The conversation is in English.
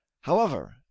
However